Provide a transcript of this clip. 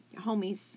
Homies